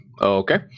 Okay